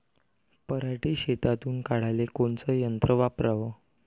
पराटी शेतातुन काढाले कोनचं यंत्र वापराव?